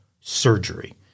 surgery